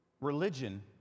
Religion